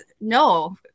no